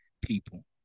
people